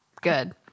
good